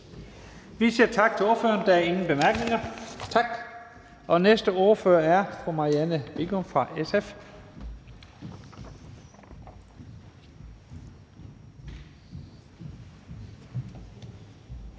Vi siger tak til ordføreren. Der er ingen korte bemærkninger. Og den næste ordfører er fru Marianne Bigum fra SF.